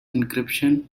encryption